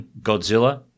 Godzilla